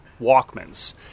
Walkmans